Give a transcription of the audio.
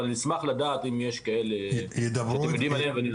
אבל אני אשמח לדעת אם יש כאלה שאתם יודעים עליהם ואני לא.